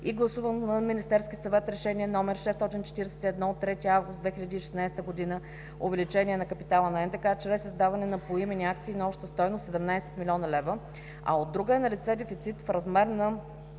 и гласуваното на Министерския съвет с решение № 641 от 3 август 2016 г., увеличение на капитала на НДК чрез издаване на поименни акции на обща стойност 17 млн. лв., а от друга е налице дефицит в размер на